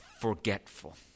forgetful